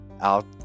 Out